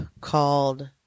called